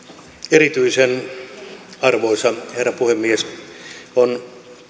erityisen arvoisa herra puhemies on